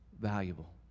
valuable